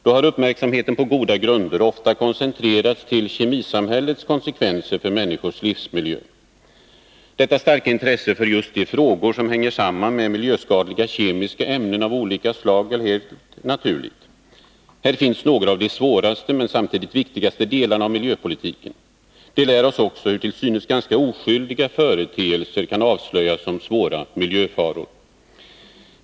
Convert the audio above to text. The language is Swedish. Då har uppmärksamheten på goda grunder ofta koncentrerats till kemisamhällets konsekvenser för människors livsmiljö. Detta starka intresse för just de frågor som hänger samman med miljöskadliga kemiska ämnen av olika slag är helt naturligt. Här finns några av de svåraste, men samtidigt viktigaste, delarna av miljöpolitiken. De lär oss också hur till synes ganska oskyldiga företeelser kan avslöjas som svåra miljöfaror.